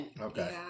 Okay